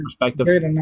perspective